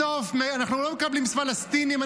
בסוף אנחנו לא מקבלים פלסטינים,